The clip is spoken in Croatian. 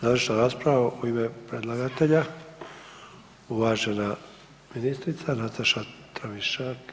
Završna rasprava u ime predlagatelja, uvažena ministrica Nataša Tramišak.